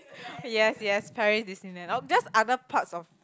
yes yes just other parts of